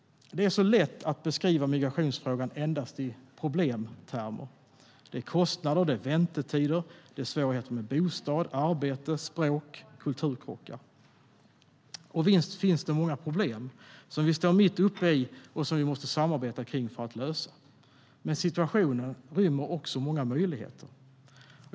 Det är så lätt att beskriva migrationsfrågan endast i problemtermer. Det är kostnader, väntetider, svårigheter med bostad, arbete, språk och kulturkrockar. Visst finns det många problem som vi står mitt uppe i och som vi måste samarbeta kring för att lösa. Men situationen rymmer också många möjligheter.